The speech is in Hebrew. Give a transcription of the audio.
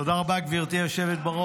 תודה רבה, גברתי היושבת-ראש.